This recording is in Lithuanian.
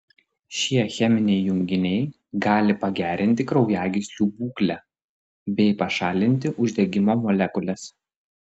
šie cheminiai junginiai gali pagerinti kraujagyslių būklę bei pašalinti uždegimo molekules